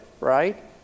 Right